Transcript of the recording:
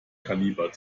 kaliber